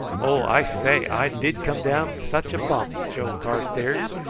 oh, i say, i did come down such a bump, joe carstairs.